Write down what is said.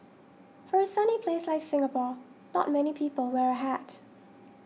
for a sunny place like Singapore not many people wear a hat